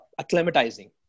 acclimatizing